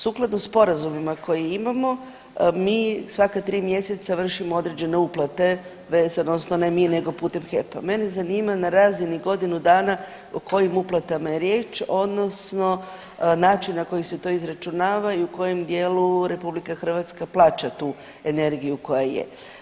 Sukladno sporazumima koje imamo mi svaka tri mjeseca vršimo određene uplate vezano odnosno ne mi nego putem HEP-a, mene zanima na razini godinu dana o kojim uplatama je riječ odnosno način na koji se to izračunava i u kojem dijelu RH plaća tu energiju koja je.